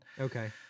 Okay